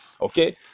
Okay